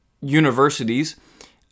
universities